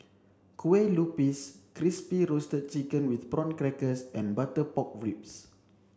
Kue Lupis crispy roasted chicken with prawn crackers and butter pork ribs